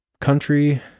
country